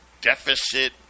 deficit